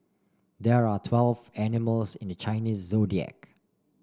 there are twelve animals in the Chinese Zodiac